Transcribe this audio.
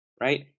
right